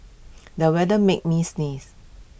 the weather made me sneeze